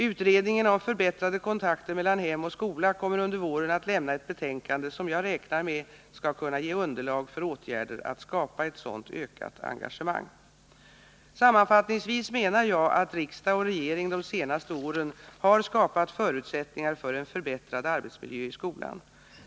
Utredningen om förbättrade kontakter mellan hem och skola kommer under våren att lämna ett betänkande som jag räknar med skall kunna ge underlag för åtgärder att skapa ett sådant ökat engagemang. Sammanfattningsvis menar jag att riksdag och regering de senaste åren har skapat förutsättningar för en förbättrad arbetsmiljö i skolan.